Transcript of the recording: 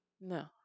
No